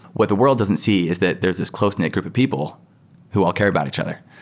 what the world doesn't see is that there's this close-knit group of people who will care about each other.